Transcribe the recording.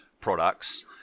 products